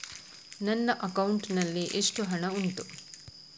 ನನ್ನ ಅಕೌಂಟ್ ನಲ್ಲಿ ಎಷ್ಟು ಹಣ ಉಂಟು?